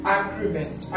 agreement